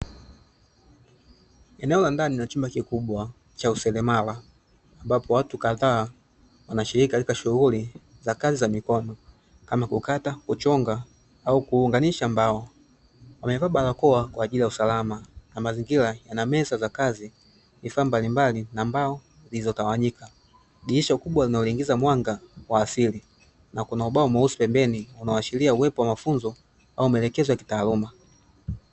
Eneo la ndani la chumba kikubwa cha useremala ambapo watu kadhaa wanashiriki katika shughuli za kazi za mikono kama kukata, kuchonga au kuunganisha mbao. Wamevaa barakoa kwa ajili ya usalama, na mazingira yanameza za kazi, vifaa mbalimbali na mbao zilizotawanyika. Dirisha kubwa linaloingiza mwanga wa asili na kuna ubao mweusi pembeni unaoashiria uwepo wa mafunzo au maelekezo ya kitaaluma.